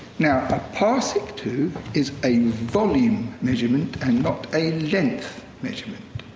now, a parsiktu is a volume measurement and not a length measurement.